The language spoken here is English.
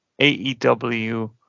aew